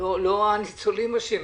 לא הניצולים אשמים.